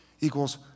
equals